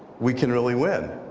we can really win.